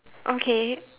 okay